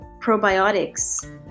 probiotics